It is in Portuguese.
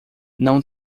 não